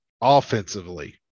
offensively